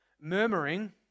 murmuring